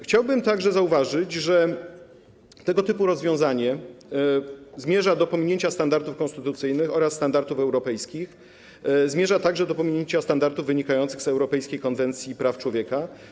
Chciałbym także zauważyć, że tego typu rozwiązanie zmierza do pominięcia standardów konstytucyjnych oraz standardów europejskich, zmierza także do pominięcia standardów wynikających z europejskiej konwekcji praw człowieka.